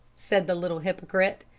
said the little hypocrite,